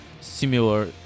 similar